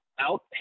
out